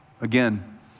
Again